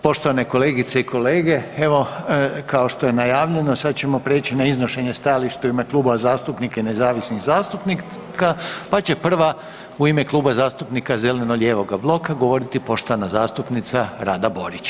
Poštovane kolegice i kolege, evo kao što je najavljeno sada ćemo prijeći na iznošenje stajališta u ime kluba zastupnika i nezavisnih zastupnika pa će prva u ime Kluba zastupnika zeleno-lijevog bloka govoriti poštovana zastupnica Rada Borić.